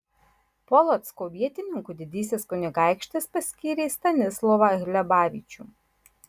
polocko vietininku didysis kunigaikštis paskyrė stanislovą hlebavičių